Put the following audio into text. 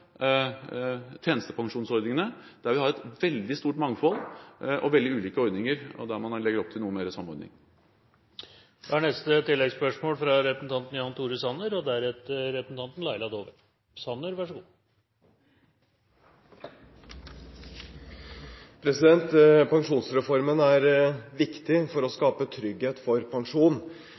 tjenestepensjonsordningene, der vi har et veldig stort mangfold og veldig ulike ordninger, og der man nå legger opp til noe mer samordning. Jan Tore Sanner – til oppfølgingsspørsmål. Pensjonsreformen er viktig for å skape trygghet for pensjon. Samtidig er det riktig, som statsministeren også sier, at reformen ikke er